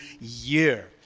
year